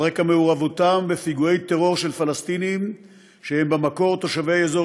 על רקע מעורבותם בפיגועי טרור של פלסטינים שהם במקור תושבי אזור